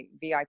VIP